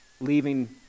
leaving